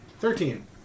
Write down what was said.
Thirteen